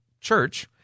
church